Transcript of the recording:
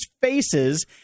faces